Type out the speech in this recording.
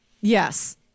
Yes